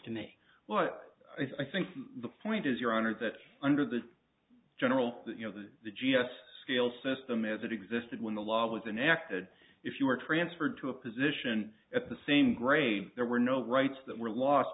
to me what i think the point is your honor that under the general you know that the g s scale system as it existed when the law was enacted if you were transferred to a position at the same grave there were no rights that were lost